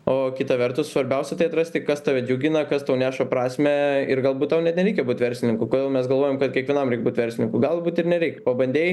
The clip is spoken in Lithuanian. o kita vertus svarbiausia tai atrasti kas tave džiugina kas tau neša prasmę ir galbūt tau net nereikia būt verslininku kodėl mes galvojam kad kiekvienam reik būt verslininku galbūt ir nereik pabandei